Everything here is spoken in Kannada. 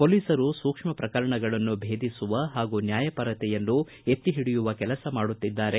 ಪೋಲೀಸರು ಸೂಕ್ಷ್ಮ ಪ್ರಕರಣಗಳನ್ನು ಭೇದಿಸುವ ಹಾಗೂ ನ್ಯಾಯಪರತೆಯನ್ನು ಎತ್ತಿಹಿಡಿಯುವ ಕೆಲಸ ಮಾಡುತ್ತಿದ್ದಾರೆ